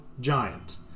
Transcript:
giant